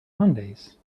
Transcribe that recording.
mondays